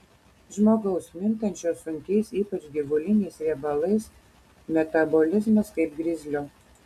žmogaus mintančio sunkiais ypač gyvuliniais riebalais metabolizmas kaip grizlio